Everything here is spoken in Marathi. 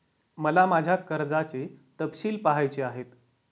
मला माझ्या कर्जाचे तपशील पहायचे आहेत